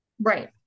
right